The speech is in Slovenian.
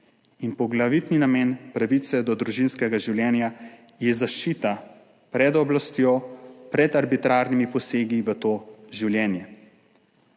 Poglavitni namen pravice do družinskega življenja je zaščita pred oblastjo, pred arbitrarnimi posegi v to življenje.